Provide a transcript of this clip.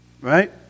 right